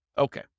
Okay